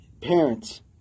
parents